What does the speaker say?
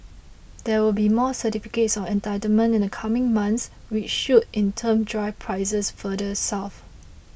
there will be more certificates of entitlement in the coming months which should in turn drive prices further south